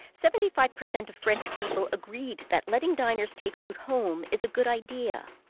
seventy five percent of french people agreed that letting diners take food home is a good idea.